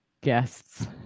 guests